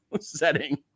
setting